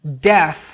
death